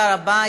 תודה רבה.